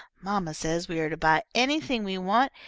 mamma says we are to buy anything we want,